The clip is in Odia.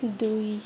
ଦୁଇ